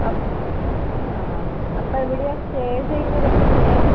അ അപ്പോൾ എവിടെയാ സ്റ്റേ ചെയ്യുന്നതൊക്കെ എങ്ങനെയാ